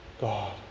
God